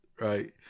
right